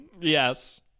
Yes